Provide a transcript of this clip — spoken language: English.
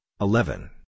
eleven